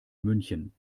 münchen